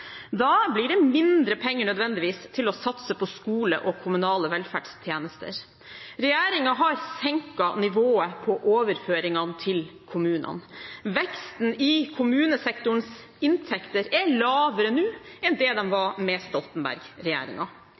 Da blir det nødvendigvis mindre penger til å satse på skole og kommunale velferdstjenester. Regjeringen har senket nivået på overføringene til kommunene. Veksten i kommunesektorens inntekter er lavere nå enn den var med